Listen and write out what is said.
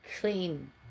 clean